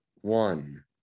one